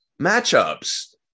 matchups